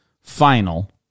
final